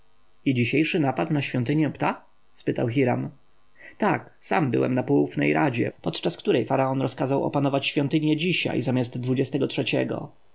dzisiejszy napad na świątynię ptah spytał hiram tak sam byłem na poufnej radzie podczas której faraon rozkazał opanować świątynie dzisiaj zamiast dwudziestego trzeciego